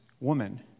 woman